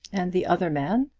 and the other man,